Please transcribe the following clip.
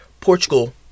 Portugal